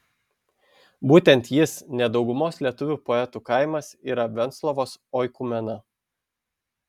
būtent jis ne daugumos lietuvių poetų kaimas yra venclovos oikumena